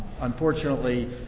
Unfortunately